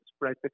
right